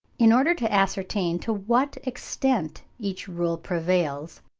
in order to ascertain to what extent each rule prevails,